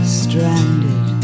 stranded